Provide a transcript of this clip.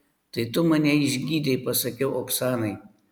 tai tu mane išgydei pasakiau oksanai